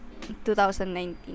2019